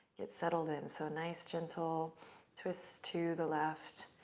get settled in. so nice, gentle twists to the left,